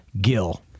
Gil